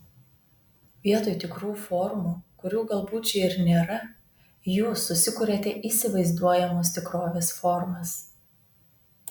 vietoj tikrų formų kurių galbūt čia ir nėra jūs susikuriate įsivaizduojamos tikrovės formas